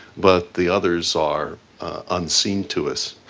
but the others are unseen to us.